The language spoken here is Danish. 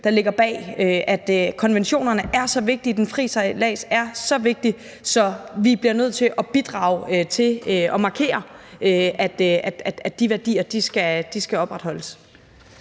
der ligger bag. Konventionerne er så vigtige, den frie sejlads er så vigtig, at vi bliver nødt til at bidrage til at markere, at de værdier skal opretholdes.